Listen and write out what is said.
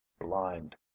blind